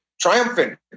triumphant